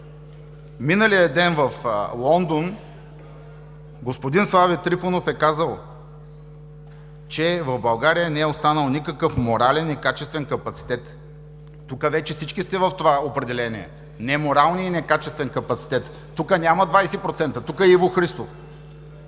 Миналия ден в Лондон господин Слави Трифонов е казал, че в България не е останал никакъв морален и качествен капацитет. Тук вече всички сте в това определение „неморални“ и „некачествен капацитет“. Тук няма 20% – тук е Иво Христов,